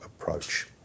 approach